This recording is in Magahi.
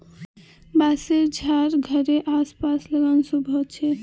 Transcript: बांसशेर झाड़ घरेड आस पास लगाना शुभ ह छे